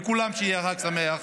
לכולם, שיהיה חג שמח.